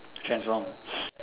transform